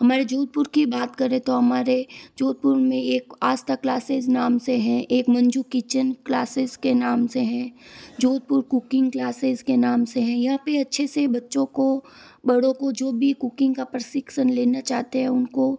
हमारे जोधपुर की बात करें तो हमारे जोधपुर में एक आस्था क्लासेज़ नाम से हैं एक मंजु किचन क्लासिज़ के नाम से हैं जोधपुर कुकिंग क्लासेज़ के नाम से हैं यहाँ पे अच्छे से बच्चों को बड़ों को जो भी कुकिंग का प्रशिक्षण लेना चाहते हैं उनको